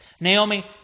Naomi